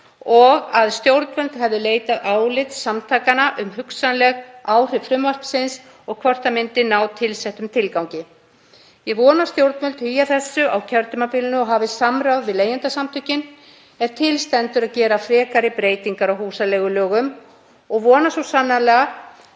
og að stjórnvöld hefðu leitað álits samtakanna um hugsanleg áhrif þess og hvort það myndi ná tilsettum tilgangi. Ég vona að stjórnvöld hugi að þessu á kjörtímabilinu og hafi samráð við Leigjendasamtökin ef til stendur að gera frekari breytingar á húsaleigulögum og vona svo sannarlega